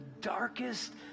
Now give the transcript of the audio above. darkest